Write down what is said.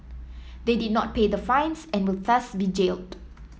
they did not pay the fines and will thus be jailed